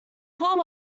paul